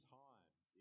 times